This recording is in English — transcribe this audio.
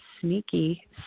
sneaky